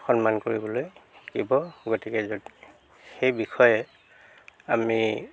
সন্মান কৰিবলৈ শিকিব গতিকে য সেই বিষয়ে আমি